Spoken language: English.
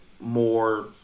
more